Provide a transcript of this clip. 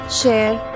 share